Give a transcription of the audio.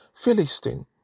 Philistine